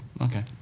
Okay